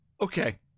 Okay